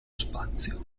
spazio